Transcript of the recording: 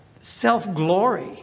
self-glory